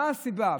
מה הסיבה?